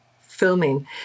filming